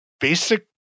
basic